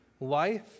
Life